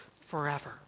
forever